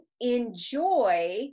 enjoy